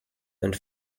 and